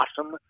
awesome